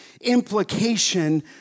implication